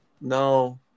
No